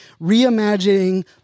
reimagining